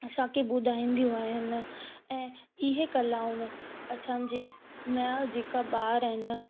असांखे ॿुधाईदियूं आहिनि ऐं इहे कलाउनि असांजे न जेका ॿार आहिनि